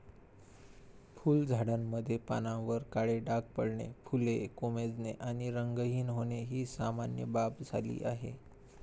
फुलझाडांमध्ये पानांवर काळे डाग पडणे, फुले कोमेजणे आणि रंगहीन होणे ही सामान्य बाब झाली आहे